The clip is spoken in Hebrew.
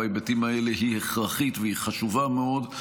בהיבטים האלה היא הכרחית והיא חשובה מאוד,